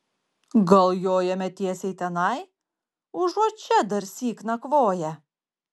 gal jojame tiesiai tenai užuot čia darsyk nakvoję